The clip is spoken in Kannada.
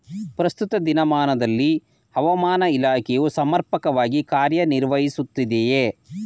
ಪ್ರಸ್ತುತ ದಿನಮಾನದಲ್ಲಿ ಹವಾಮಾನ ಇಲಾಖೆಯು ಸಮರ್ಪಕವಾಗಿ ಕಾರ್ಯ ನಿರ್ವಹಿಸುತ್ತಿದೆಯೇ?